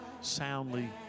soundly